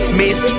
miss